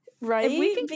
Right